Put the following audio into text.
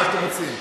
מה אתם מציעים?